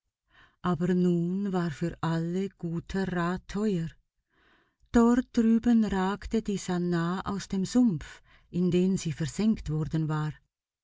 aber nun war guter rat teuer für alle dort drüben ragte die sannah aus dem sumpf in den sie versenkt worden war